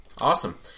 Awesome